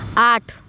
आठ